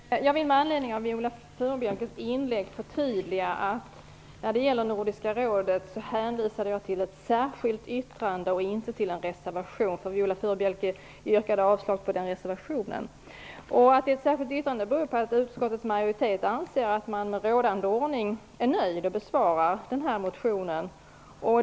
Fru talman! Jag vill med anledning av Viola Furubjelkes inlägg förtydliga att jag när det gäller Nordiska rådet hänvisade till ett särskilt yttrande, inte till en reservation som Viola Furubjelke yrkade avslag på. Anledningen till det särskilda yttrandet är att utskottets majoritet under rådande ordning nöjer sig med att besvara motionen.